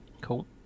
cool